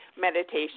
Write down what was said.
meditation